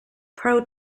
pro